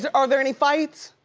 ah are there any fights?